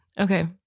Okay